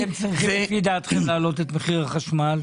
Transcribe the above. מתי הייתם צריכים להעלות את מחירי החשמל,